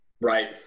Right